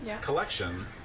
collection